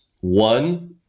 One